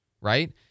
right